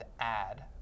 add